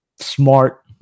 smart